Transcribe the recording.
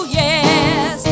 yes